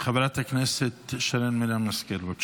חברת הכנסת שרן מרים השכל, בבקשה.